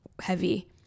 heavy